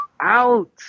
Out